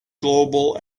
global